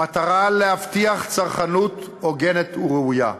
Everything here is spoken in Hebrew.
המטרה היא להבטיח צרכנות הוגנת וראויה.